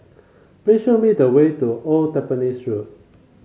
please show me the way to Old Tampines Road